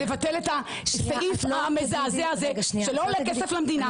לבטל את הסעיף המזעזע הזה שלא עולה כסף למדינה.